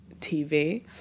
tv